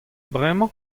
bremañ